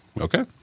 Okay